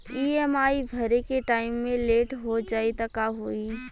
EMI भरे के time मे लेट हो जायी त का होई?